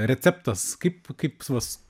receptas kaip kaip svas